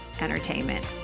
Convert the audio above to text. entertainment